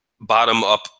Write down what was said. bottom-up